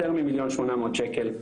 יותר מ- 1.800 שקל.